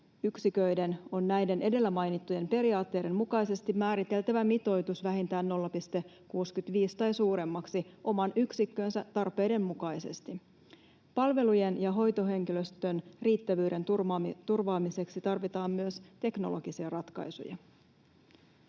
yksiköiden on näiden edellä mainittujen periaatteiden mukaisesti määriteltävä mitoitus vähintään 0,65:ksi tai suuremmaksi oman yksikkönsä tarpeiden mukaisesti. Palvelujen ja hoitohenkilöstön riittävyyden turvaamiseksi tarvitaan myös teknologisia ratkaisuja.